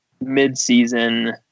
mid-season